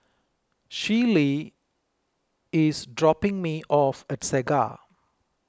Schley is dropping me off at Segar